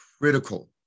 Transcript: critical